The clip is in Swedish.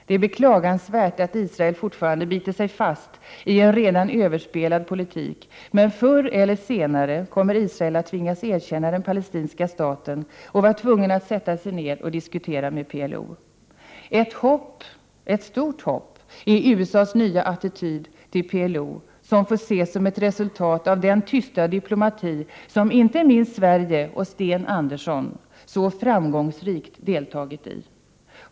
Det är beklagligt att Israel fortfarande biter sig fast i en redan överspelad politik, men förr eller senare kommer Israel att tvingas erkänna den palestinska staten och vara tvungen att sätta sig ner och diskutera med PLO. Ett stort hopp är USA:s nya attityd till PLO, som får ses som ett resultat av den tysta diplomati som inte minst Sverige och Sten Andersson så framgångsrikt deltagit i.